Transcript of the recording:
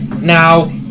Now